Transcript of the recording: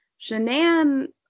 Shanann